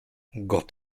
gott